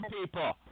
people